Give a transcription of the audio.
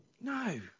No